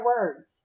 words